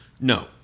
No